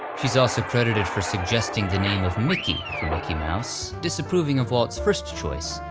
she is also credited for suggesting the name of mickey for mickey mouse, disapproving of walt's first choice,